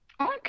Okay